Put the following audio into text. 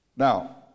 Now